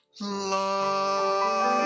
love